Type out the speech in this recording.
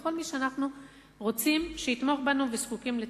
וכל מי שאנחנו רוצים שיתמוך בנו וזקוקים לתמיכתו.